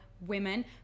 women